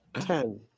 Ten